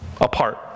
apart